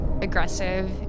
Aggressive